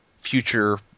future